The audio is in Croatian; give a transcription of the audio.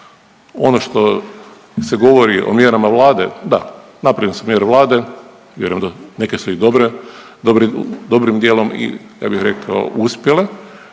Ono što se govori o mjerama vlade, da, naprave se mjere vlade, vjerujem da neke su i dobre, dobre, dobrim dijelom i ja bih rekao uspjele,